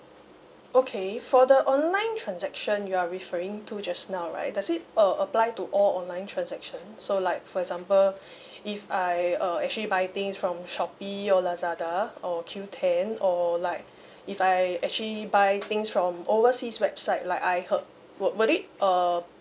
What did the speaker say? okay for the online transaction you're referring to just now right does it uh apply to all online transaction so like for example if I uh actually buy things from shopee or lazada or Q ten or like if I actually buy things from overseas website like I herb wi~ will it uh